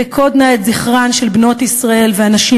פקוד נא את זכרן של בנות ישראל והנשים